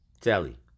Telly